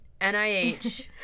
NIH